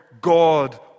God